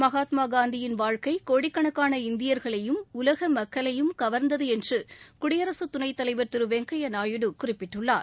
மகாத்மா காந்தியின் வாழ்க்கை கோடிக்கணக்கான இந்தியர்களையும் உலக மக்களையும் கவர்ந்தது என்று குடியரசு துணைத்தலைவர் திரு வெங்கையா நாயுடு குறிப்பிட்டுள்ளார்